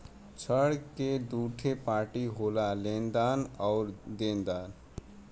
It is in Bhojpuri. ऋण क दूठे पार्टी होला लेनदार आउर देनदार